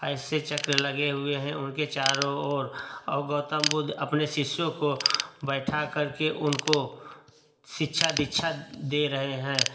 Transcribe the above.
ऐसे चक्र लगे हुए हैं उनके चारों और और गौतम बुद्ध अपने शिष्यों को बैठा करके उनको शिक्षा दिच्छा दे रहे हैं